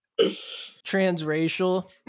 Transracial